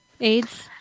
AIDS